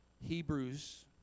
Hebrews